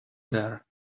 there